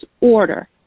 order